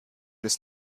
des